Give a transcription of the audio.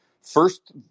first